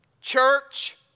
Church